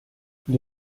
gli